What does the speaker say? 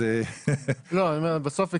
בסוף זה